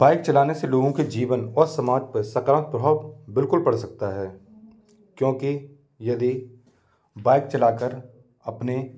bike चलाने से लोगों के जीवन और समाज पर सकारात्मक प्रभाव बिल्कुल पड़ सकता है क्योंकि यदि बाइक चला कर अपने